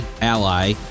ally